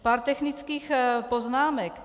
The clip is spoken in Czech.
Pár technických poznámek.